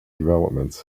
developments